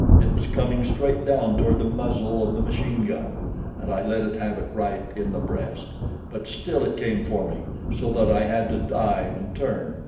it was coming straight down toward the muzzle of the machine-gun and i let it have it right in the breast but still it came for me, so that i had to dive and turn,